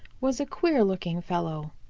was a queer looking fellow.